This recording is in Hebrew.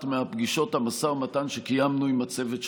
מפגישות המשא ומתן שקיימנו עם הצוות שלכם.